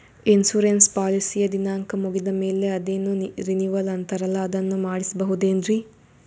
Insurance ಪಾಲಿಸಿಯ ದಿನಾಂಕ ಮುಗಿದ ಮೇಲೆ ಅದೇನೋ ರಿನೀವಲ್ ಅಂತಾರಲ್ಲ ಅದನ್ನು ಮಾಡಿಸಬಹುದೇನ್ರಿ?